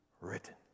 written